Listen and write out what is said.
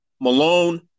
Malone